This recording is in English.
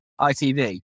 ITV